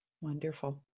wonderful